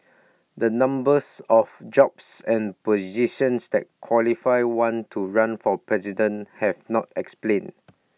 the numbers of jobs and positions that qualify one to run for president have not explained